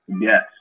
Yes